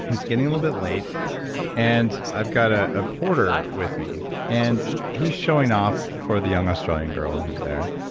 it's getting a little bit late and i've got ah a porter with me and he's showing off for the young australian girl who's there.